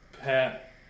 Pat